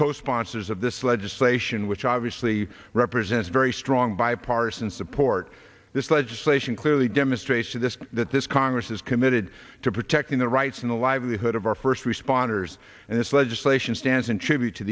co sponsors of this legislation which obviously represents very strong bipartisan support this legislation clearly demonstration this that this congress is committed to protecting the rights and the livelihood of our first responders and this legislation stands in tribute to